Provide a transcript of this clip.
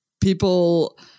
people